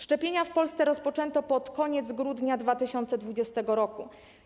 Szczepienia w Polsce rozpoczęto pod koniec grudnia 2020 r.